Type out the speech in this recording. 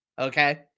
okay